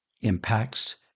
impacts